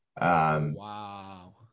Wow